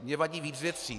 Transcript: Mně vadí víc věcí.